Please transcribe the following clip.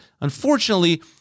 Unfortunately